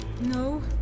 No